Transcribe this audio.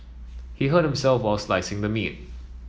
he hurt himself while slicing the meat